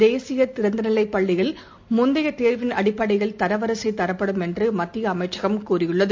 தேசிய திறந்த நிலைப் பள்ளியில் முந்தைய தேர்வின் அடிப்படையில் தரவரிசை தரப்படும் என்று மத்திய அமைச்சகம் தெரிவித்துள்ளது